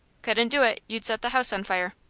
couldn't do it. you'd set the house on fire.